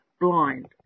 blind